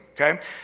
okay